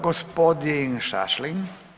Gospodin Šašlin.